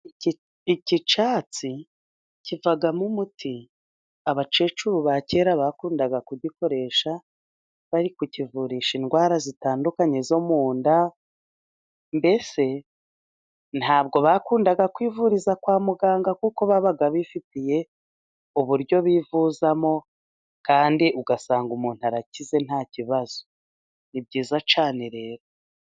iki cyatsi kivagamo umuti, abakecuru ba kera bakundaga kugikoresha, bari kukivurisha indwara zitandukanye zo mu nda mbese, ntabwo bakundaga kwivuriza kwa muganga, kuko babaga bifitiye uburyo bivuzamo, kandi ugasanga umuntu arakize nta kibazo, ni byiza cyane rero.